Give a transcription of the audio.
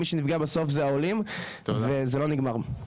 מי שנפגע בסוף זה העולים וזה לא נגמר.